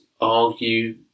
argue